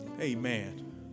Amen